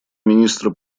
министра